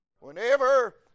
Whenever